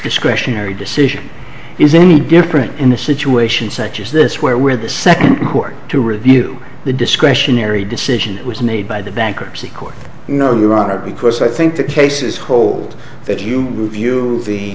discretionary decision is any different in a situation such as this where we're the second court to review the discretionary decision that was made by the bankruptcy court no your honor because i think the cases hold that you view the